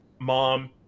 Mom